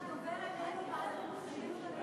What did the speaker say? שדובר איננו ואז מחזירים אותו,